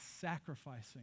sacrificing